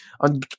on